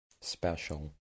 special